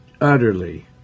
utterly